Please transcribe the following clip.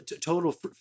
total